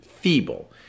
feeble